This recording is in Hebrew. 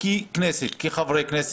על תוספת,